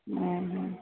ଉଁ ହୁଁ